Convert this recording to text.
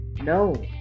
No